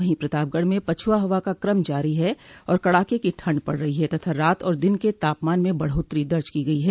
वहीं प्रतापगढ़ में पछुआ हवा का क्रम जारी है और कड़ाके की ठंड पड़ रही है तथा रात और दिन के तापमान में बढ़ोत्तरी दर्ज की गई है